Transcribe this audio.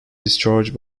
discharged